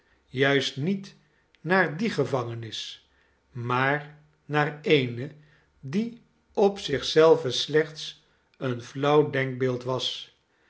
juist niet naar die gevangenis maar naar eene die op zich zelve slechts een flauw denkbeeld was